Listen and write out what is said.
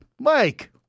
Mike